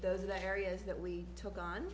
those are the areas that we took on